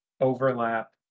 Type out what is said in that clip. overlap